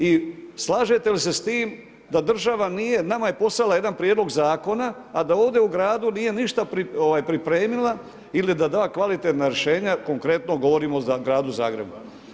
I slažete li se s time da država nije, nama je poslala jedan prijedlog zakona a da ovdje u gradu nije ništa pripremila ili da da kvalitetna rješenja, konkretno govorimo o gradu Zagrebu?